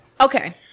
Okay